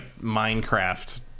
minecraft